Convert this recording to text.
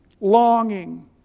longing